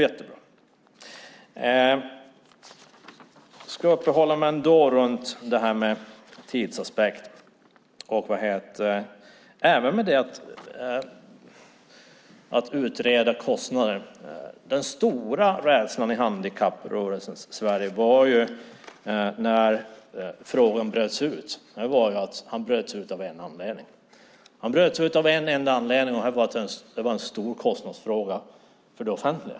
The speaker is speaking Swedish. Jag ska uppehålla mig vid tidsaspekten och utredning av kostnader. Den stora rädslan i handikapprörelsens Sverige uppstod när frågan bröts ut. Den bröts ut av en enda anledning, och det var att detta var en stor kostnadsfråga för det offentliga.